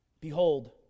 Behold